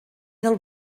del